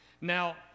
now